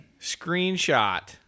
screenshot